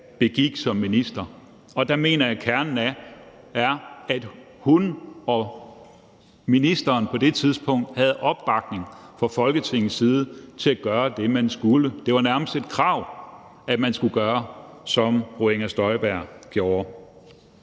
som minister. Der mener jeg, kernen er, at hun, ministeren på det tidspunkt, havde opbakning fra Folketingets side til at gøre det, man skulle. Det var nærmest et krav, at man skulle gøre, som fru Inger Støjberg gjorde.